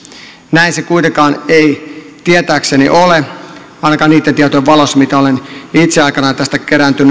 näin se kuitenkaan ei tietääkseni ole ainakaan niitten tietojen valossa mitä olen itse aikanaan tästä kerännyt